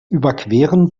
überqueren